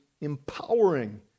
empowering